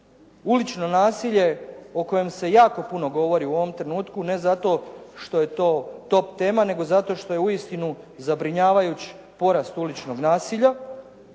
Ulično nasilje o kojem se jako puno govori u ovom trenutku, ne zato što je to top tema, nego zato što je uistinu zabrinjavajući porast uličnog nasilja,